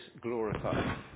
glorified